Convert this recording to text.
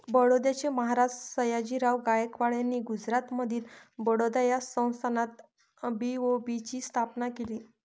बडोद्याचे महाराज सयाजीराव गायकवाड यांनी गुजरातमधील बडोदा या संस्थानात बी.ओ.बी ची स्थापना केली